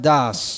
Das